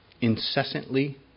incessantly